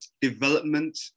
development